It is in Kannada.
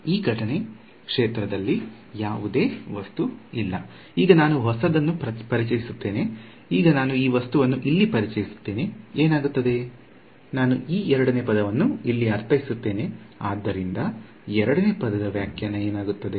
ಈ ಘಟನೆ ಕ್ಷೇತ್ರದಲ್ಲಿ ಯಾವುದೇ ವಸ್ತುವಿಲ್ಲ ಈಗ ನಾನು ಹೊಸದನ್ನು ಪರಿಚಯಿಸುತ್ತೇವೆ ಈಗ ನಾನು ಈ ವಸ್ತುವನ್ನು ಇಲ್ಲಿ ಪರಿಚಯಿಸುತ್ತೇವೆ ಏನಾಗುತ್ತದೆ ನಾನು ಈ ಎರಡನೆಯ ಪದವನ್ನು ಇಲ್ಲಿ ಅರ್ಥೈಸುತ್ತೇನೆ ಆದ್ದರಿಂದ ಎರಡನೇ ಪದದ ವ್ಯಾಖ್ಯಾನ ಏನಾಗುತ್ತದೆ